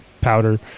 powder